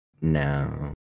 No